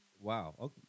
Wow